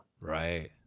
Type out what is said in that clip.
Right